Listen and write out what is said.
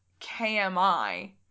KMI